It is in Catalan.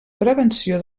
prevenció